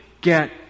get